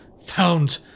found